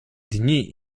dni